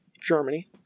Germany